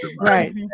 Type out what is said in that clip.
Right